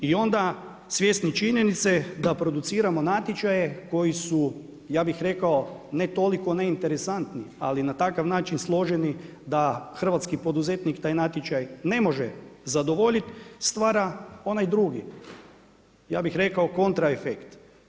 I onda svjesni činjenice da produciramo natječaje koji su ja bih rekao, ne toliko neinteresantni, ali na takav način složeni da hrvatski poduzetnik taj natječaj ne može zadovoljit, stvara onaj drugi, ja bih rekao kontra efekt.